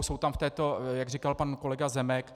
Jsou tam v této, jak říkal pan kolega Zemek.